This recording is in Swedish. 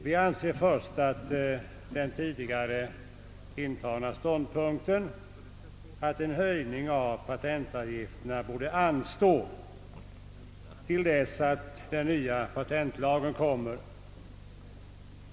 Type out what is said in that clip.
Vi står fast vid den tidigare intagna ståndpunkten att en höjning av patentavgifterna bör anstå till dess att den nya patentlagen kommer.